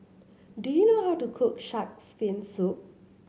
do you know how to cook shark's fin soup